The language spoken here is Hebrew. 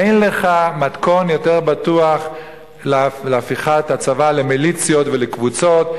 אין לך מתכון יותר בטוח להפיכת הצבא למיליציות ולקבוצות,